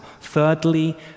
Thirdly